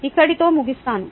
ఇక్కడితో ముగిస్తున్నాను